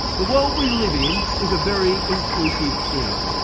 the world we live in is a very inclusive thing.